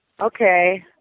okay